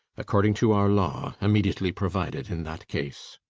according to our law immediately provided in that case.